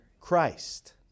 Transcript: Christ